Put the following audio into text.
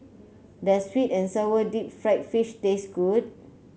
does sweet and sour Deep Fried Fish taste good